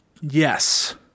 Yes